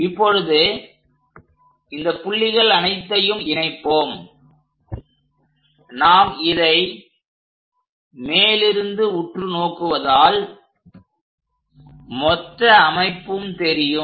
இப்பொழுது இந்த புள்ளிகள் அனைத்தையும் இணைப்போம் நாம் இதை மேலிருந்து உற்று நோக்குவதால் மொத்த அமைப்பும் தெரியும்